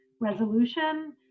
resolution